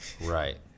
Right